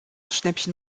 schnäppchen